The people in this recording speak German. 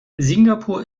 singapur